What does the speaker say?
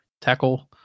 tackle